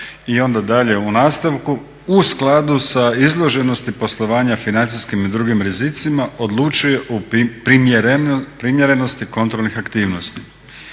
i onda dalje u nastavku u skladu sa izloženosti poslovanja financijskim i drugim rizicima odlučuje o primjerenosti kontrolnih aktivnosti.